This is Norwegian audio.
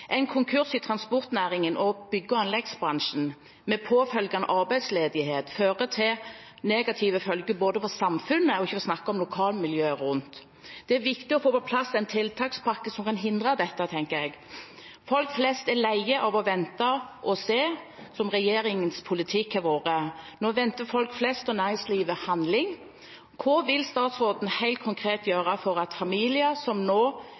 i transportnæringen og bygg- og anleggsbransjen, med påfølgende arbeidsledighet, fører til negative følger for samfunnet, for ikke å snakke om for lokalmiljøet rundt. Det er viktig å få på plass en tiltakspakke som kan hindre dette. Folk flest er lei av å vente og se, som regjeringens politikk har vært. Nå forventer folk flest og næringslivet handling. Hva vil statsråden helt konkret gjøre for familier som nå